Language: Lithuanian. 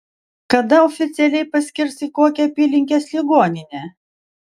kada oficialiai paskirs į kokią apylinkės ligoninę